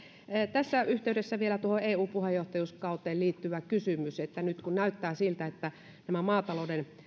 tässä yhteydessä vielä tuohon eu puheenjohtajuuskauteen liittyvä kysymys nyt kun näyttää siltä että maatalouden